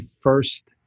first